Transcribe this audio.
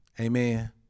amen